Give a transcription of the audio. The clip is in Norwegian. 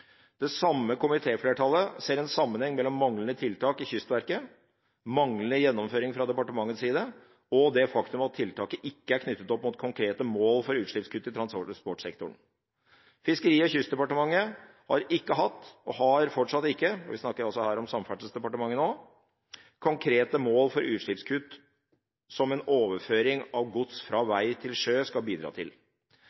Det samme komitéflertallet ser en sammenheng mellom manglende tiltak i Kystverket, manglende gjennomføring fra departementets side og det faktumet at tiltaket ikke er knyttet opp mot konkrete mål for utslippskutt i transportsektoren. Fiskeri- og kystdepartementet har ikke hatt og har fortsatt ikke – vi snakker om Samferdselsdepartementet nå – konkrete mål for utslippskutt som en overføring av gods fra